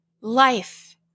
life